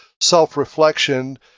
self-reflection